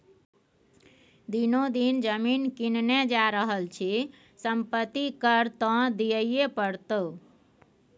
दिनो दिन जमीन किनने जा रहल छी संपत्ति कर त दिअइये पड़तौ